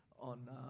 on